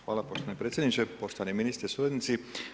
Hvala poštovani predsjedniče, poštovani ministre, suradnici.